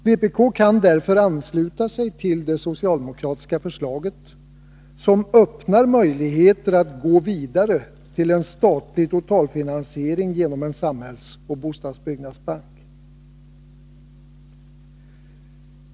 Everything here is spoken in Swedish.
Vi kan därför ansluta oss till det socialdemokratiska förslaget, som öppnar möjligheter att gå vidare till en statlig totalfinansiering genom en samhällsoch bostadsbyggnadsbank.